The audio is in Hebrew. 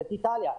איטליה,